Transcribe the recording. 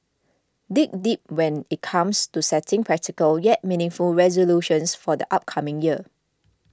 dig deep when it comes to setting practical yet meaningful resolutions for the upcoming year